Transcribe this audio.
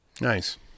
nice